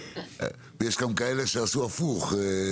ויש גם כאלה שעשו הפוך,